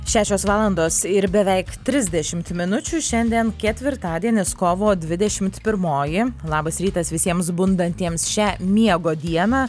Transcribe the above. šešios valandos ir beveik trisdešimt minučių šiandien ketvirtadienis kovo dvidešimt pirmoji labas rytas visiems bandantiems šią miego dieną